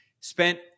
spent